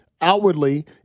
outwardly